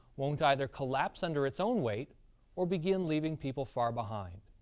won't either collapse under its own weight or begin leaving people far behind.